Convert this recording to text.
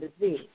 disease